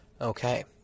Okay